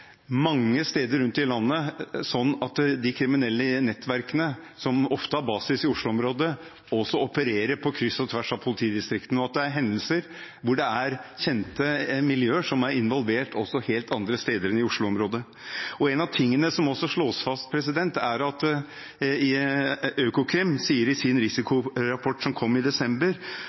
at de kriminelle nettverkene, som ofte har basis i Oslo-området, også opererer på kryss og tvers av politidistriktene, og at det er hendelser med kjente miljøer som er involvert helt andre steder enn i Oslo-området. En av tingene som slås fast, og som Økokrim sier i sin risikorapport som kom i desember,